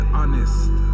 honest